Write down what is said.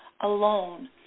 alone